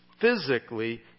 physically